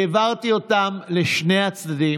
העברתי אותם לשני הצדדים.